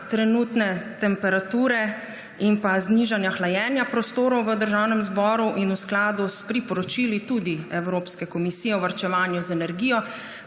trenutne temperature in znižanje hlajenja prostorov v Državnem zboru in tudi v skladu s priporočili tudi Evropske komisije o varčevanju z energijo,